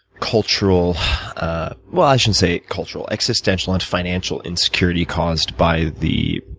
cultural well, i shouldn't say cultural existential and financial insecurity caused by the